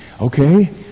Okay